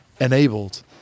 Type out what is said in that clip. enabled